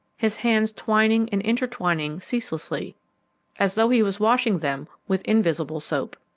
his hands twining and intertwining ceaselessly as though he was washing them with invisible soap.